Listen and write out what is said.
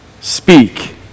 Speak